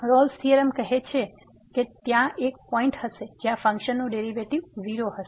રોલ્સRolle's theorem કહે છે કે ત્યાં એક પોઈંટ હશે જ્યાં ફંક્શનનું ડેરીવેટીવ ૦ હશે